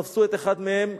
תפסו את אחד מהם,